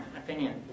opinion